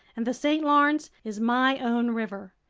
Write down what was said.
and the st. lawrence is my own river,